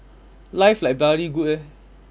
life like bloody good leh